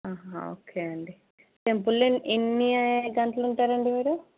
okay అండి టెంపుల్లో ఎన్ని గంటలు ఉంటారండీ మీరు